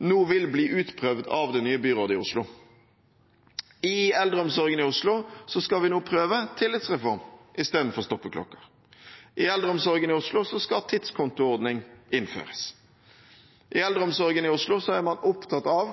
nå vil bli utprøvd av det nye byrådet i Oslo. I eldreomsorgen i Oslo skal en nå prøve tillitsreform i stedet for stoppeklokke. I eldreomsorgen i Oslo skal tidskontoordning innføres. I eldreomsorgen i Oslo er man nå opptatt av